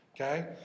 okay